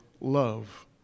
love